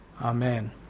amen